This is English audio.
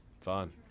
fun